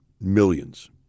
millions